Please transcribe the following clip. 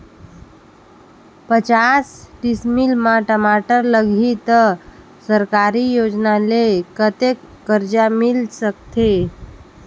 पचास डिसमिल मा टमाटर लगही त सरकारी योजना ले कतेक कर्जा मिल सकथे?